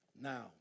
Now